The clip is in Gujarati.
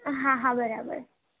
હા હા બરાબર